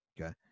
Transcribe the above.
Okay